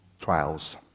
trials